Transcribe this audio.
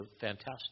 fantastic